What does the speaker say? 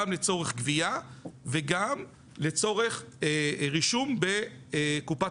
גם לצורך גבייה וגם לצורך רישום בקופת